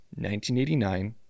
1989